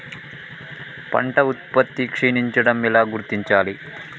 పంట ఉత్పత్తి క్షీణించడం ఎలా గుర్తించాలి?